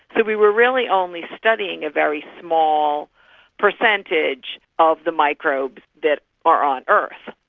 and we were really only studying a very small percentage of the microbes that are on earth.